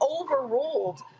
overruled